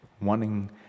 wanting